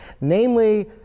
namely